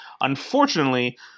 Unfortunately